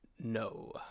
No